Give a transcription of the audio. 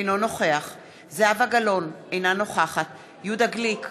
אינו נוכח זהבה גלאון, אינה נוכחת יהודה גליק,